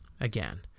again